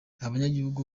abanyagihugu